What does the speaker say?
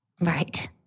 Right